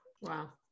Wow